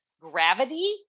gravity